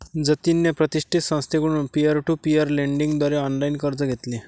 जतिनने प्रतिष्ठित संस्थेकडून पीअर टू पीअर लेंडिंग द्वारे ऑनलाइन कर्ज घेतले